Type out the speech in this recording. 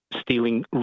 Stealing